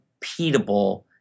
repeatable